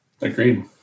agreed